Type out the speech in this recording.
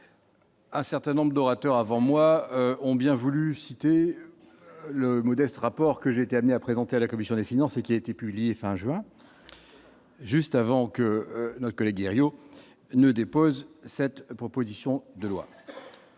Un certain nombre d'orateurs avant moi ont bien voulu citer le modeste rapport que j'ai été amené à présenter à la commission des finances et qui a été publiée fin juin, juste avant que nos collègues Herriot ne dépose cette proposition de loi,